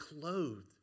clothed